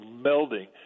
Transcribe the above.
melding